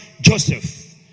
Joseph